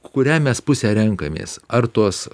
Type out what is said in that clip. kurią mes pusę renkamės ar tos